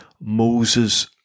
Moses